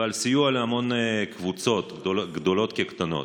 ועל סיוע להמון קבוצות, גדולות כקטנות.